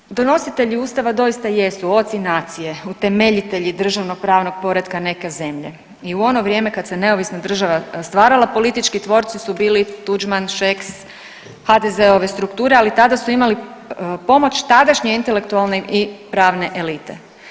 Naime, donositelji Ustava doista jesu oci nacije, utemeljitelji državnopravnog poretka neka zemlje i u ono vrijeme kad se neovisna država stvarala politički tvorci su bili Tuđman, Šeks, HDZ-ove strukture ali tada su imali pomoć tadašnje intelektualne i pravne elite.